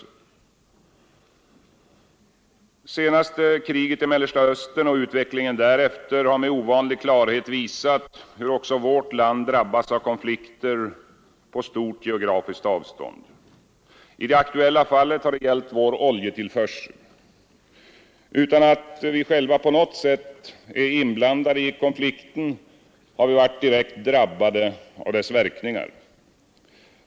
Det senaste kriget i Mellersta Östern och utvecklingen därefter har med ovanlig klarhet visat hur också vårt land drabbas av konflikter på stort geografiskt avstånd. I det aktuella fallet har det gällt vår oljetillförsel. Utan att själva på något sätt vara inblandade i konflikten har vi direkt drabbats av verkningarna.